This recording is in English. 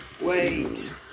Wait